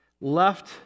left